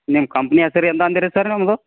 ನಿಮ್ಮ ಕಂಪ್ನಿ ಹೆಸರು ಎಂತ ಅಂದಿರಿ ಸರ್ ನಿಮ್ಮದು